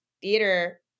theater